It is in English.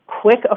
quick